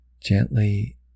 gently